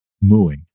mooing